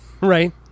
right